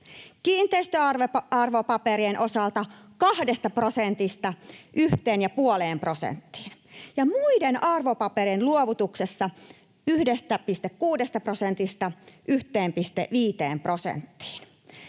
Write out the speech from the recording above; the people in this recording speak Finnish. kiinteistöarvopaperien osalta 2 prosentista 1,5 prosenttiin ja muiden arvopaperien luovutuksessa 1,6 prosentista 1,5 prosenttiin.